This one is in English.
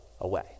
Away